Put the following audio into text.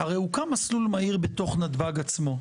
הוקם מסלול מהיר בנתב"ג עצמו.